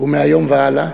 ומהיום והלאה,